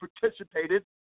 participated